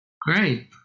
Great